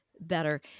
better